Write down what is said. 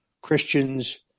Christians